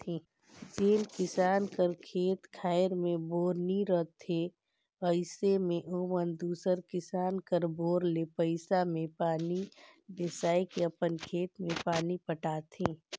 जेन किसान कर खेत खाएर मे बोर नी रहें अइसे मे ओमन दूसर किसान कर बोर ले पइसा मे पानी बेसाए के अपन खेत मे पानी पटाथे